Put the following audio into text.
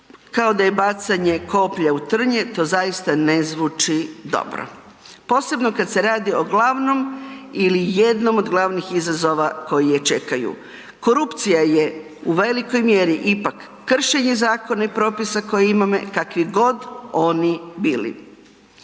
kao da je bacanje koplja u trnje to zaista ne zvuči dobro. Posebno kad se radi o glavnom ili jednom od glavnih izazova koji je čekaju. Korupcija je u velikoj mjeri ipak kršenje zakona i propisa koje imamo kakvi god oni bili.